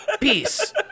peace